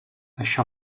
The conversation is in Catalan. això